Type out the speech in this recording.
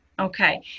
Okay